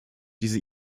diese